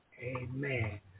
Amen